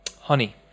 Honey